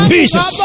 Jesus